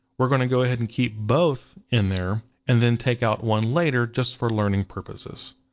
we're gonna go ahead and keep both in there and then take out one later just for learning purposes.